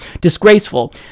Disgraceful